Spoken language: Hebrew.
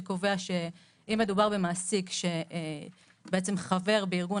שקובע שאם מדובר במעסיק שבעצם חבר בארגון